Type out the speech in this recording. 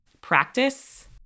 practice